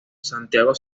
santiago